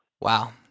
Wow